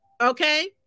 okay